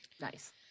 Nice